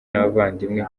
n’abavandimwe